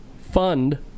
fund